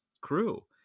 crew